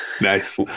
Nice